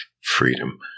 freedom